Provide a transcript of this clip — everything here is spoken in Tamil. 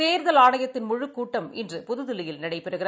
தேர்தல் ஆணையத்தின் முழுக்கூட்டம் இன்று புதுதில்லியில் நடைபெறுகிறது